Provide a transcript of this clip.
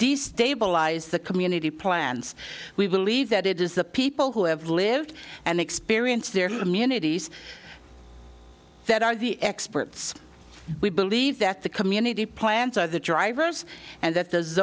destabilize the community plans we believe that it is the people who have lived and experience their communities that are the experts we believe that the community plans are the drivers and that